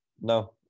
No